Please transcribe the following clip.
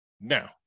Now